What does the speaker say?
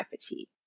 fatigue